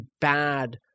bad